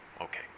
okay